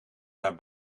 naar